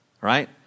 Right